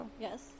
Yes